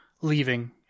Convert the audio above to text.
leaving